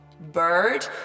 Bird